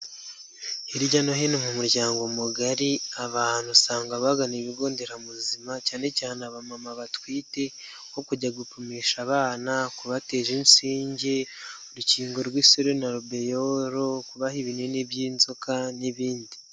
Hirya no hino mu muryango mugari abantu usanga bagana ibigo nderabuzima cyane cyane abamama batwite, nko kujya gupimisha abana, kubatera inshinge, urukingo rw'iserua na rubeyoro, kubaha ibinini by'inzoka n'ibindi.